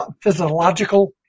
physiological